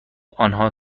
آنها